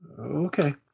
Okay